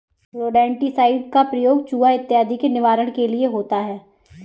rodenticide का प्रयोग चुहा इत्यादि के निवारण के लिए होता है